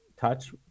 touch